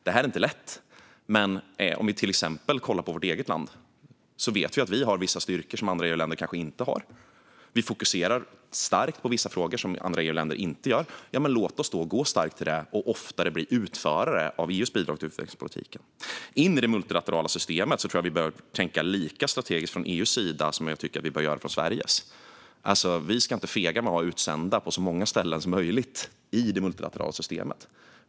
Det här är inte lätt. Men om vi kollar på till exempel vårt eget land ser vi att vi har vissa styrkor som andra EU-länder kanske inte har. Vi fokuserar starkt på vissa frågor som andra EU-länder kanske inte fokuserar på. Låt oss då arbeta starkt för dem och oftare bli utförare av EU:s bidrag till utvecklingspolitiken. När det gäller det multilaterala systemet tror jag att vi behöver tänka lika strategiskt från EU:s sida som jag tycker att vi bör göra från Sveriges. Vi ska inte vara fega när det gäller att ha utsända på så många ställen som möjligt i det multilaterala systemet.